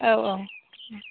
औ औ ओ